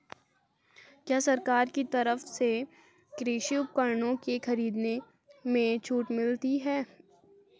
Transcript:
क्या सरकार की तरफ से कृषि उपकरणों के खरीदने में छूट मिलती है?